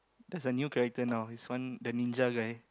there's a new character now this one the ninja guy